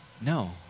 no